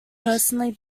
personally